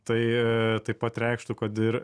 tai taip pat reikštų kad ir